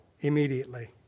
immediately